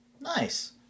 Nice